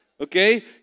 Okay